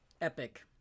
Epic